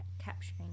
capturing